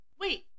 wait